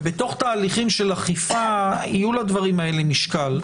ובתוך תהליכים של אכיפה יהיה לדברים האלה משקל,